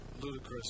ludicrous